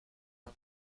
are